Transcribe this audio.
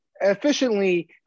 efficiently